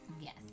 Yes